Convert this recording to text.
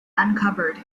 uncovered